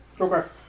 Okay